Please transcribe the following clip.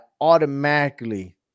automatically